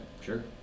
sure